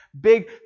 big